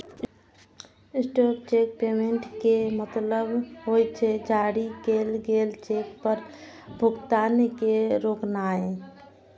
stop cheque payment के मतलब होइ छै, जारी कैल गेल चेक पर भुगतान के रोकनाय